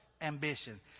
ambition